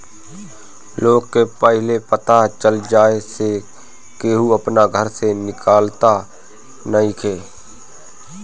लोग के पहिले पता चल जाए से केहू अपना घर से निकलत नइखे